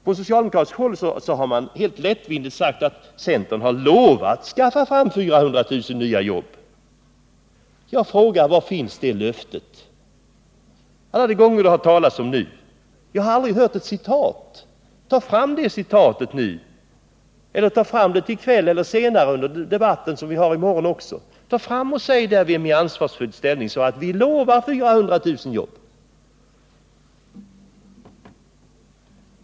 Från socialdemokratiskt håll har man helt lättvindigt sagt att centern lovat skaffa fram 400 000 nya jobb. Jag frågar: Var finns det löftet? Jag har aldrig någon gång när jag hört talas om detta hört ett citat. Ta fram det citatet nu! Eller ta fram det i kväll eller senare under debatten, som ju kommer att pågå i morgon också! Ta fram det och tala om vem i ansvarig ställning som sade att vi lovar 400 000 nya jobb!